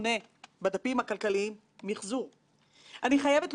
לעומת צרכני האשראי הקטנים יותר בעלי העסקים הקטנים והבינוניים.